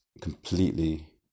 completely